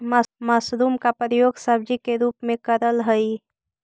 mushroom का प्रयोग सब्जी के रूप में करल हई